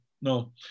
No